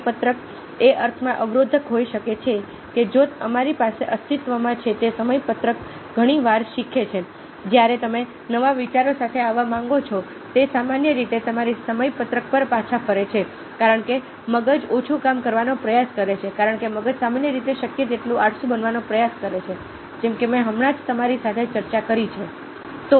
સમયપત્રક એ અર્થમાં અવરોધક હોઈ શકે છે કે જો અમારી પાસે અસ્તિત્વમાં છે તે સમયપત્રક ઘણી વાર શીખે છે જ્યારે તમે નવા વિચારો સાથે આવવા માંગો છો તે સામાન્ય રીતે તમારી સમયપત્રક પર પાછા ફરે છે કારણ કે મગજ ઓછું કામ કરવાનો પ્રયાસ કરે છે કારણ કે મગજ સામાન્ય રીતે શક્ય તેટલું આળસુ બનવાનો પ્રયાસ કરે છે જેમ કે મેં હમણાં જ તમારી સાથે ચર્ચા કરી છે